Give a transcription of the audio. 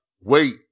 wait